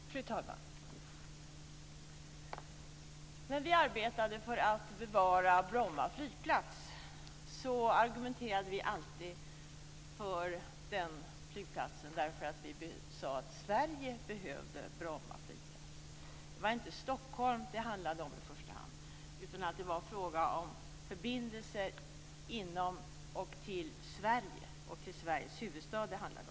Fru talman! När vi arbetade för att bevara Bromma flygplats var argumentet alltid att Sverige behövde flygplatsen. Det var inte Stockholm det handlade om i första hand, utan det var förbindelser inom Sverige och till Sveriges huvudstad det handlade om.